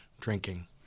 drinking